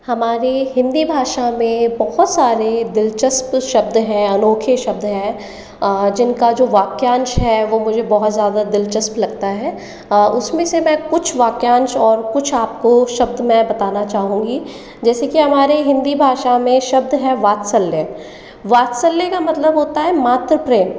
हमारे हिन्दी भाषा में बहुत सारे दिलचस्प शब्द हैं अनोखे शब्द हैं जिनका जो वाक्यांश है वो मुझे बहुत ज़्यादा दिलचस्प लगता है उसमें से मैं कुछ वाक्यांश और कुछ आपको शब्द मैं बताना चाहूँगी जैसे की हमारे हिन्दी भाषा में शब्द है वात्सल्य वात्सल्य का मतलब होता है मातृ प्रेम